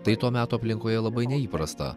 tai to meto aplinkoje labai neįprasta